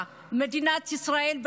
מדינת ישראל,